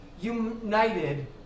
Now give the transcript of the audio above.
united